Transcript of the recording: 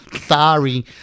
Sorry